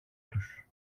τους